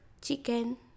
chicken